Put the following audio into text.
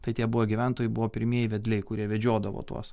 tai tie buvę gyventojai buvo pirmieji vedliai kurie vedžiodavo tuos